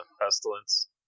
Pestilence